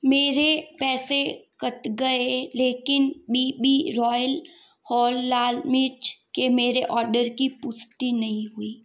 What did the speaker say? मेरे पैसे कट गए लेकिन बी बी रॉयल होल लाल मिर्च के मेरे ऑर्डर की पुष्टि नहीं हुई